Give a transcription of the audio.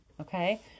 Okay